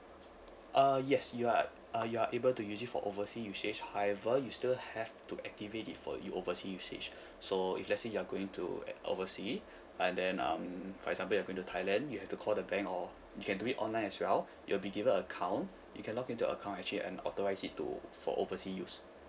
uh yes you are uh you are able to use it for oversea usage however you still have to activate it for your oversea usage so if let's say you're going to at oversea and then um for example you're going to thailand you have to call the bank or you can do it online as well you'll be given a account you can log into account actually and authorise it to for oversea use